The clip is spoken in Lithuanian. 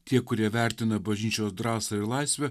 tie kurie vertina bažnyčios drąsą ir laisvę